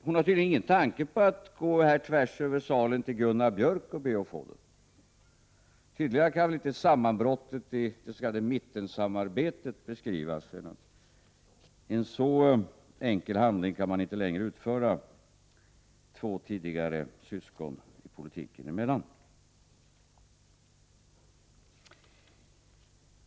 Hon har tydligen ingen tanke på att gå tvärsöver salen till Gunnar Björk och be att få den. Tydligare kan väl inte sammanbrottet i mittensamarbetet beskrivas, när en sådan enkel handling inte längre kan utföras mellan två syskonpartier i politiken.